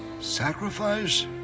Sacrifice